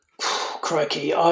Crikey